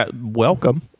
welcome